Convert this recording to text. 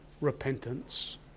repentance